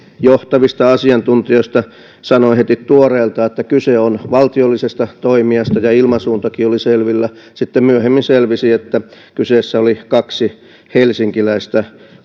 johtavista asiantuntijoista sanoi heti tuoreeltaan että kyse on valtiollisesta toimijasta ja ilmansuuntakin oli selvillä sitten myöhemmin selvisi että kyseessä oli kaksi helsinkiläistä